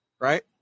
Right